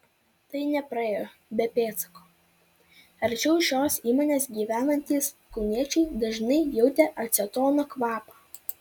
tai nepraėjo be pėdsako arčiau šios įmonės gyvenantys kauniečiai dažnai jautė acetono kvapą